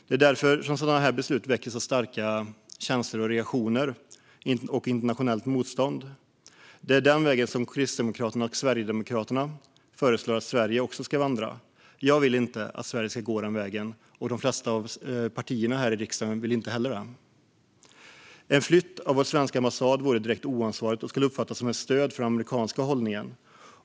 Det är därför sådana beslut väcker så starka känslor, reaktioner och internationellt motstånd. Det är den vägen som Kristdemokraterna och Sverigedemokraterna föreslår att Sverige också ska vandra. Jag vill inte att Sverige ska gå den vägen, och de flesta partier i riksdagen vill inte heller det. En flytt av vår svenska ambassad vore direkt oansvarig och skulle uppfattas som ett stöd för den amerikanska hållningen.